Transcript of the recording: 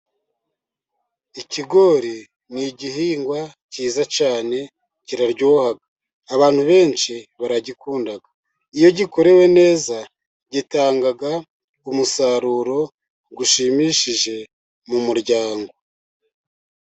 Ikigori ni igihingwa cyiza cyane kiraryoha, abantu benshi baragikunda, iyo gikorewe neza gitanga umusaruro ushimishije mu muryango.